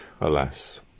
alas